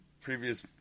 previous